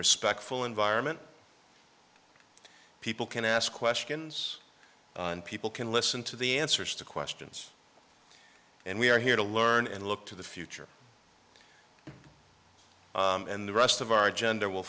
respectful environment people can ask questions and people can listen to the answers to questions and we are here to learn and look to the future and the rest of our gender will